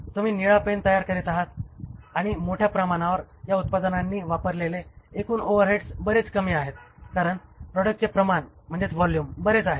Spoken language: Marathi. तुम्ही निळा पेन तयार करीत आहात आणि मोठ्या प्रमाणावर या उत्पादनांनी वापरलेले एकूण ओव्हरहेड बरेच कमी आहेत कारण प्रॉडक्टचे प्रमाण बरेच आहे